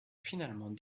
finalement